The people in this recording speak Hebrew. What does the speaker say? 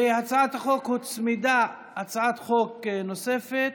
להצעת החוק הוצמדה הצעת חוק נוספת,